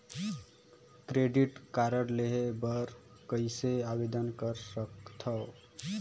Credit card लेहे बर कइसे आवेदन कर सकथव?